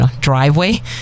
driveway